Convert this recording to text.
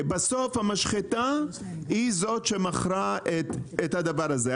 בסוף המשחטה היא זאת שמכרה את הדבר הזה,